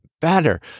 better